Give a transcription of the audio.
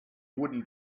wooden